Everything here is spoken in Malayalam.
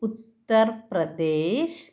ഉത്തര്പ്രദേശ്